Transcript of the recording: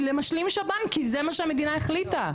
למשלים שב"ן כי זה מה שהמדינה החליטה.